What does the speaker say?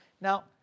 Now